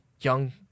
Young